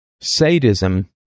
sadism